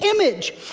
image